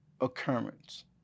occurrence